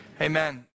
amen